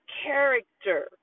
character